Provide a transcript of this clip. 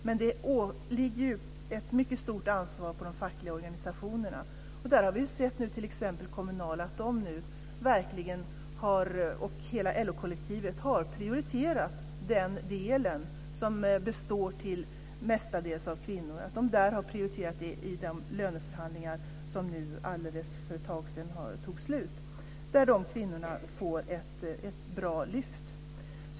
Men det ligger ett mycket stort ansvar på de fackliga organisationerna. T.ex. har Kommunal och hela LO-kollektivet prioriterat detta för det område som mestadels utgörs av kvinnor i de löneförhandlingar som nyligen avslutades. Dessa kvinnor får nu ett bra lyft.